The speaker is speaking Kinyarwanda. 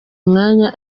umwanya